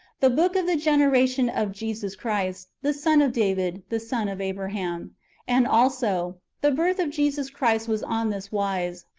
the book of the generation of jesus christ, the son of david, the son of abraham and also, the birth of jesus christ was on this wise.